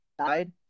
side